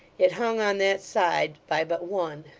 it hung on that side by but one,